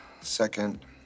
Second